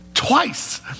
twice